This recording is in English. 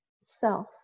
self